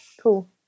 cool